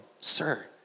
sir